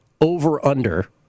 over-under